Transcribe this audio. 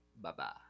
Bye-bye